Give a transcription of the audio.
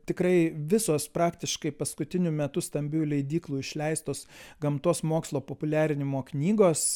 tikrai visos praktiškai paskutiniu metu stambių leidyklų išleistos gamtos mokslo populiarinimo knygos